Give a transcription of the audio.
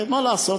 מה לעשות,